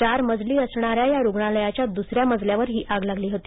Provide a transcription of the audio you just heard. चार मजली असणाऱ्या या रुग्णालयाघ्या दुसऱ्या मजल्यावर ही आग लागली होती